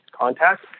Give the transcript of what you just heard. contact